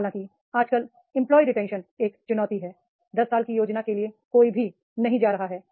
हालांकि आजकल employee retention एक चुनौती है 10 साल की योजना के लिए कोई भी नहीं जा रहा है